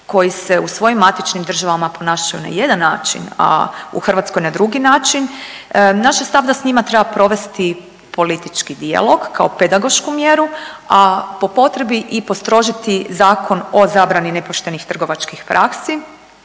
koji se u svojim matičnim državama ponašaju na jedan način, a u Hrvatskoj na drugi način. Naš je stav da sa njima treba provesti politički dijalog kao pedagošku mjeru a po potrebi i postrožiti Zakon o zabrani nepoštenih trgovačkih praksi